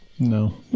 No